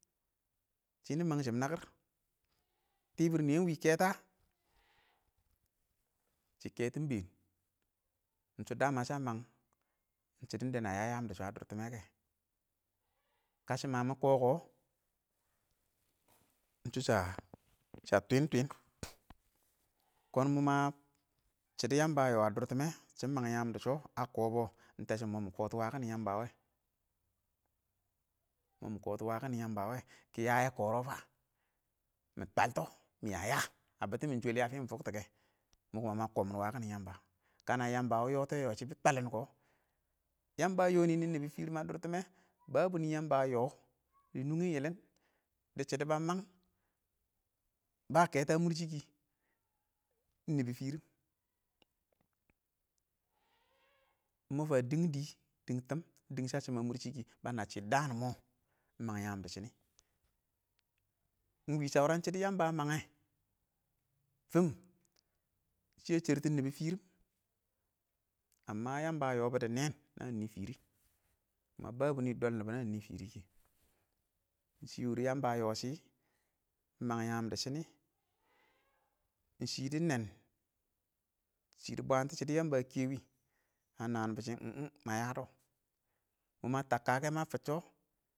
Shini mang shɪn nakirn tibir nɪyɛ ingwi keta shɪ keten ing been ɪng sho dama sha mang shɪdo da na yayaam dɪ shini a dʊr tɪmmɛ kɛ kashɪ ma mɪn kɔ kʊɔ ɪng shɔ sha twɪn-twɪn kʊn mʊ ma, shɪdo yamba a yo a dʊr tɪmmɛ shɪn ɪng məng nyəm dɪsɔ a kobɔ ing teshɔ mɔ mʊ kɔtɔ wakin yamba wɛ, mɔ mʊ kɔto wakin yamba wɛ kiye yɛ kɔrɔ fa mɪ twaltɔ, mɪyə yə, a bittin mɪn shwali a fɪ mɪ foktʊ kɛ, mɔ kʊmə mə komɪn wakin yamba, kana yamba wo yote yo shibi twalin kɔ yamba a yoni nɪn nɪbɪ fɪrɪm ə dʊrtɪmɛ babʊ nɪ ɪng yəmbə ə yɔɔ dɪ nungi yɪlɪn, dɪ shɪdo ba mang ,ba keta mʊr shɪ kɪ ɪng nɪbɪ firim mɪ fan dɪng dɪ dɪ,dɪn tɪm, ɪng dɪng shasshim a mʊr shɪ kɪ ba nabbʊ shɪ daan ing mɔ mag yaam dɪ shini ing wɪ shəurən shɪdo ɪng yəmbə a mange, fimb, shɪya shɛrtɪn nɪbɪ firim əmmə ɪng yamba a yobo dɪ nɛɛn, naan nɪbɪ firim, kʊmə bəbʊ nɪ dubɔ naan nɪ fɪrɪ kɪ shɪ wʊriɪng yamba a yo shɪ ing mang yaam dɪ shonɪ ɪng shɪ dɪ nen, shɪ dɪ bwaantɔ shɪdo yamba a kɛ wɪ, a naan bɪ shɪ ʊmm ʊmm, nama yədɔ, mʊ ma tab kakɛ ma fɪcchɔ